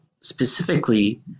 specifically